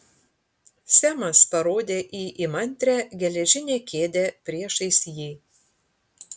semas parodė į įmantrią geležinę kėdę priešais jį